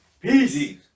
peace